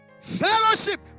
Fellowship